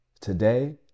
today